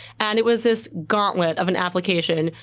and it was this gauntlet of an application.